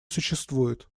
существует